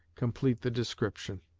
complete the description.